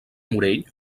morell